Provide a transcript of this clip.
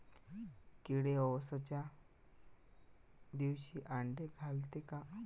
किडे अवसच्या दिवशी आंडे घालते का?